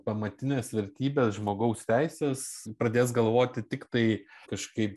pamatines vertybes žmogaus teises pradės galvoti tiktai kažkaip